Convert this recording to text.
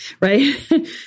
Right